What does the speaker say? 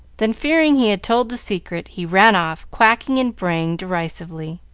then, fearing he had told the secret, he ran off, quacking and braying derisively.